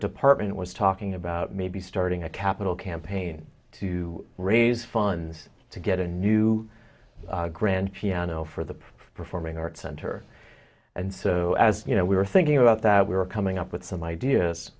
department was talking about maybe starting a capital campaign to raise funds to get a new grand piano for the performing arts center and so as you know we were thinking about that we were coming up with some ideas